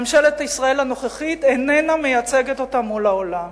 ממשלת ישראל הנוכחית איננה מייצגת אותה מול העולם.